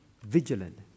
vigilant